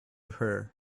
her